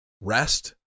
rest